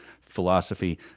philosophy